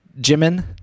Jimin